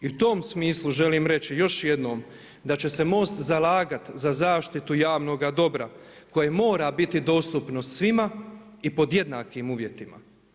I u tom smislu želim reći još jednom da će se MOST zalagati za zaštitu javnoga dobra koje mora biti dostupno svima i pod jednakim uvjetima.